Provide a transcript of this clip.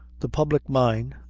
the public mind,